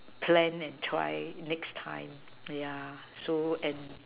plan and try next time ya so and